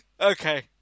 Okay